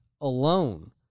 alone